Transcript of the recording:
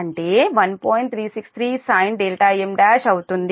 363 sin m1 అవుతుంది